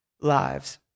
lives